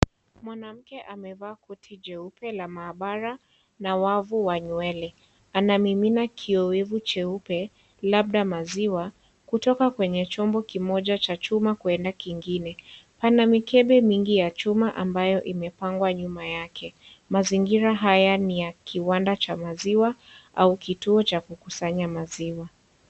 Mwanamke amevaa koti jeupe la maabara na wavu wa nywele. Anamimina kiyoyevu cheupe labda maziwa kutoka kwenye chombo kimoja cha chuma kwenda kingine, pana mikebe mingi ya chuma ambayo imepangwa nyuma yake. Mazingira haya ni ya kiwanda cha maziwa au kituo cha kukusanya maziwa.